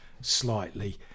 slightly